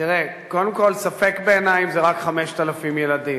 תראה, קודם כול ספק בעיני אם זה רק 5,000 ילדים.